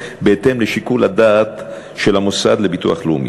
בהתאם לשיקול הדעת של המוסד לביטוח לאומי.